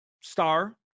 star